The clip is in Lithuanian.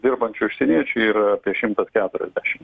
dirbančių užsieniečių yra apie šimtas keturiasdešimt